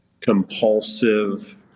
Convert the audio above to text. compulsive